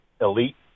elite